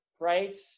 right